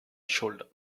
shoulder